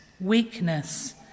weakness